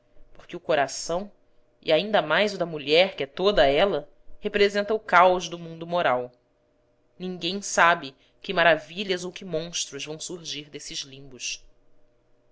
porque o coração e ainda mais o da mulher que é toda ela representa o caos do mundo moral ninguém sabe que maravilhas ou que monstros vão surgir desses limbos